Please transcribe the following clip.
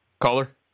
Caller